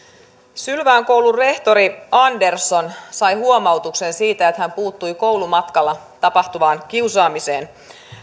sylvään koulun rehtori andersson sai huomautuksen siitä että hän puuttui koulumatkalla tapahtuvaan kiusaamiseen häneltä